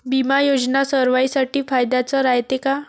बिमा योजना सर्वाईसाठी फायद्याचं रायते का?